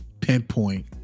pinpoint